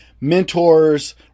mentors